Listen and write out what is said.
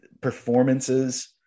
performances